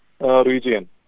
region